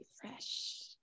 Fresh